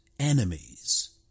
enemies